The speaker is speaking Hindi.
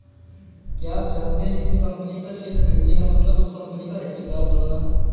क्या आप जानते है किसी कंपनी का शेयर खरीदने का मतलब उस कंपनी का हिस्सेदार बनना?